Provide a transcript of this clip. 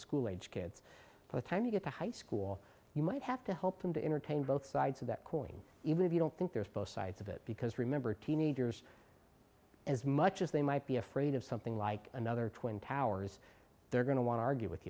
school age kids for the time you get to high school you might have to help them to entertain both sides of that courting even if you don't think there's both sides of it because remember teenagers as much as they might be afraid of something like another twin towers they're going to want to argue with